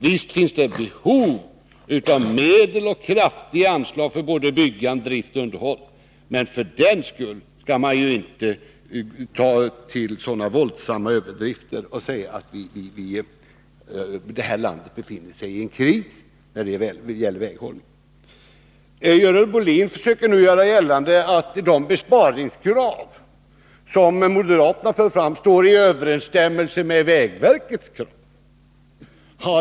Visst finns det ett behov av medel och kraftiga anslag för både byggande, drift och underhåll, men för den skull skall man inte ta till sådana våldsamma överdrifter som att säga att landet befinner sig i en kris när det gäller väghållningen. Görel Bohlin försöker nu göra gällande att de besparingskrav som moderaterna för fram står i överensstämmelse med vägverkets krav.